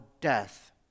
death